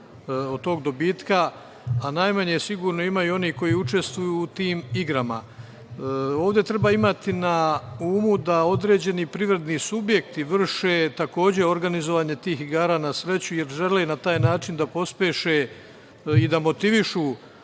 od tog dobitka, a najmanje sigurno imaju oni koji učestvuju u tim igrama. Ovde treba imati na umu da određeni privredni subjekti vrše takođe organizovanje tih igara na sreću, jer žele na taj način da pospeše i da motivišu